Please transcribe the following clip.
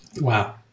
Wow